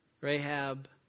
Rahab